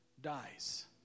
dies